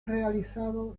realizado